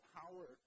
power